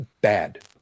Bad